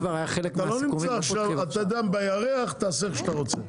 אתה לא נמצא עכשיו בירח, תעשה מה שאתה רוצה.